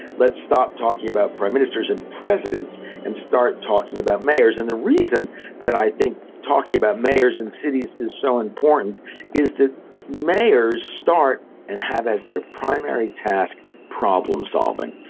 let's stop talking about prime ministers and presidents and start talking about mayors. and the reason that i think talking about mayors and cities is so important is that mayors start and have as their primary task problem-solving.